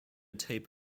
tape